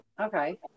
Okay